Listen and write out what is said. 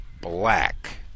black